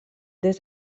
des